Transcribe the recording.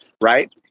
Right